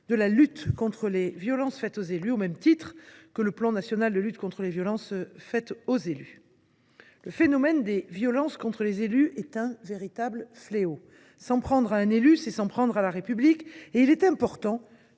de la lutte contre les violences faites aux élus, au même titre que le plan national de prévention et de lutte contre les violences aux élus. Le phénomène des violences contre les élus est un véritable fléau. S’en prendre à un élu, c’est s’en prendre à la République : il était important